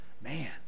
man